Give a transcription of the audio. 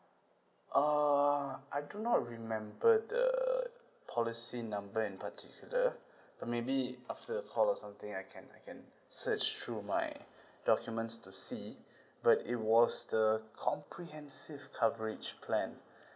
uh I do not remember the policy number in particular but maybe after the call or something I can I can search through my documents to see but it was the comprehensive coverage plan